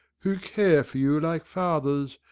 who care for you like fathers,